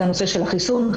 זה הנושא של החיסון.